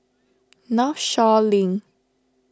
Northshore Link